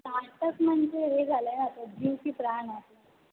startup म्हणजे हे झालं आहे ना आता जीव की प्राण आहे आपला